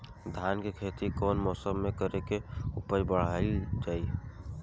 धान के खेती कौन मौसम में करे से उपज बढ़ाईल जाई?